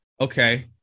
okay